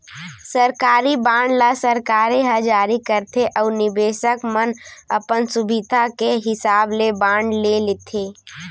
सरकारी बांड ल सरकारे ह जारी करथे अउ निबेसक मन अपन सुभीता के हिसाब ले बांड ले लेथें